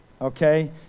okay